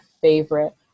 favorite